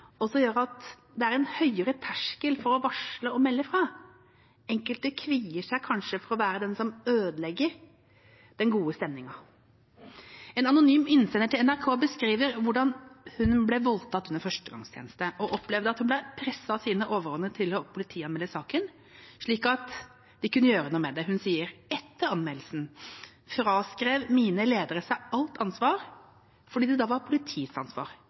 som er positivt, også gjør at det er en høyere terskel for å varsle og melde. Enkelte kvier seg kanskje for å være den som ødelegger den gode stemningen. En anonym innsender til NRK beskriver hvordan hun ble voldtatt under førstegangstjeneste, og opplevde at hun ble presset av sine overordnede til å politianmelde saken, slik at de kunne gjøre noe med det. Hun sier: «Etter anmeldelsen fraskrev mine ledere seg alt ansvar fordi «det da var politiets ansvar,